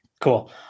Cool